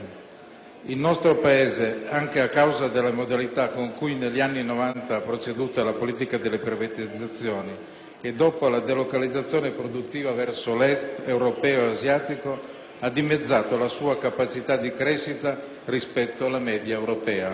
Il nostro Paese, anche a causa della modalità con cui negli anni Novanta ha proceduto alla politica delle privatizzazioni e dopo la delocalizzazione produttiva verso l'Est europeo e asiatico, ha dimezzato la sua capacità di crescita rispetto alla media europea.